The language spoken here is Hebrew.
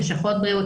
לשכות בריאות,